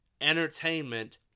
entertainment